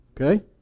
okay